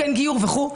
כן גיור וכו'.